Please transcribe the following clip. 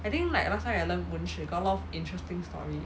I think like last time I learnt 文学 got a lot of interesting story